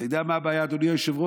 אתה יודע מה הבעיה, אדוני היושב-ראש?